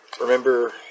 Remember